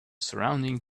surrounding